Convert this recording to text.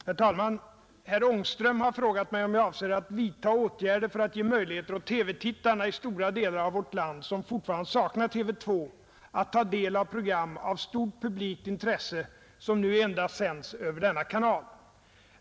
Herr talman! Herr Ångström har frågat mig om jag avser att vidta åtgärder för att ge möjligheter åt TV-tittarna i stora delar av vårt land, som fortfarande saknar TV 2, att ta del av program av stort publikt intresse, som nu endast sänds över denna kanal.